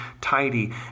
tidy